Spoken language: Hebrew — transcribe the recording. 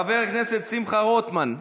חבר הכנסת שמחה רוטמן,